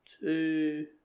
two